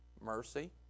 Mercy